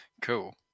Cool